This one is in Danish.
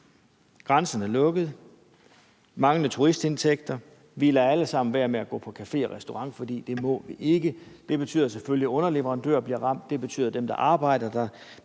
Grænserne er lukket. Der mangler turistindtægter. Vi lader alle sammen være med at gå på cafe og restaurant, for det må vi ikke. Det betyder selvfølgelig, at underleverandører bliver ramt. Det betyder, at dem, der arbejder der,